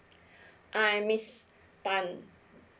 I'm miss tan